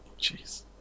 Jeez